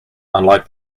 unlike